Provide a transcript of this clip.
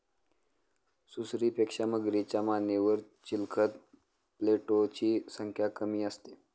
सुसरीपेक्षा मगरीच्या मानेवर चिलखत प्लेटोची संख्या कमी असते